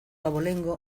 abolengo